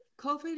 COVID